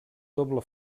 doble